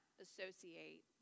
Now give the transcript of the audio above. associate